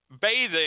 bathing